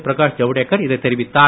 பிரகாஷ் ஜவுடேகர் இதைத் தெரிவித்தார்